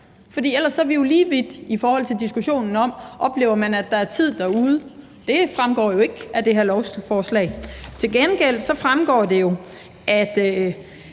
For ellers er vi jo lige vidt i forhold til diskussionen om, om man oplever, at der er tid derude. Det fremgår jo ikke af det her lovforslag. Til gengæld fremgår det, at